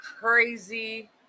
crazy